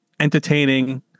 entertaining